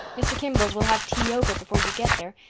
mr. kimball's will have tea over before you get there.